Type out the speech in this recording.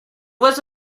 was